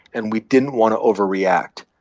and we didn't want to overreact.